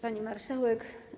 Pani Marszałek!